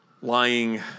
lying